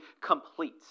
complete